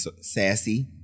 sassy